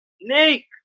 Nick